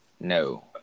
No